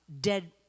dead